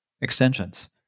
extensions